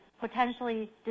potentially